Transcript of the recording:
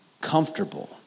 comfortable